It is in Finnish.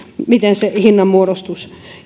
miten se hinnanmuodostus